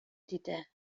دیده